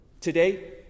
Today